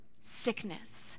sickness